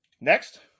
next